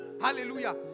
hallelujah